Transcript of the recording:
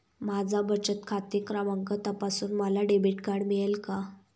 माझा बचत खाते क्रमांक तपासून मला डेबिट कार्ड मिळेल का?